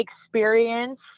experience